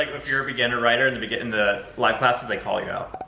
if you're a beginner rider in the begin, in the live classes they call you out.